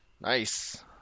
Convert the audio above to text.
Nice